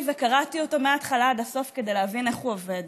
וקראתי אותו מההתחלה עד הסוף כדי להבין איך הוא עובד.